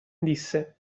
disse